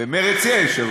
במרצ יש.